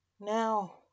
Now